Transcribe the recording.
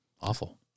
awful